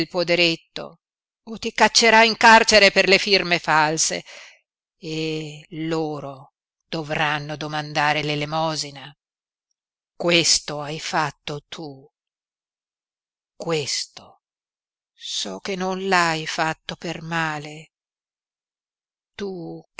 poderetto o ti caccerà in carcere per le firme false e loro dovranno domandare l'elemosina questo hai fatto tu questo so che non l'hai fatto per male tu